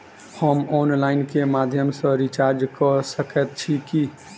हम ऑनलाइन केँ माध्यम सँ रिचार्ज कऽ सकैत छी की?